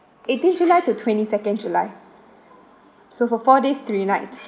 eighteenth july to twenty second july so for four days three nights